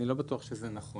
אני לא בטוח שזה נכון.